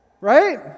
Right